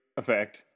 effect